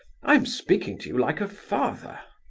i am speaking to you like a father.